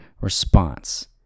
response